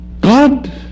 god